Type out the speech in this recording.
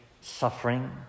suffering